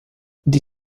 die